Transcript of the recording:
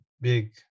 big